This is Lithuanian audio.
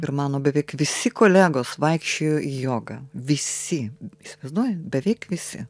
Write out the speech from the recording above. ir mano beveik visi kolegos vaikščiojo į jogą visi įsivaizduojat beveik visi